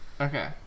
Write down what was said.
Okay